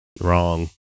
Wrong